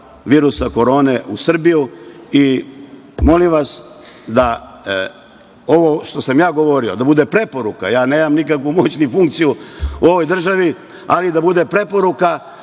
virusa Korone u Srbiju i molim vas da ovo što sam ja govorio bude preporuka, ja nemam nikakvu moć, ni funkciju u ovoj državi, ali da bude preporuka